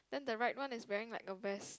then the right one is wearing like a vest